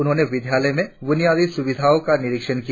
उन्होंने विद्यालय में बुनियादी सुविधाओ का निरीक्षण किया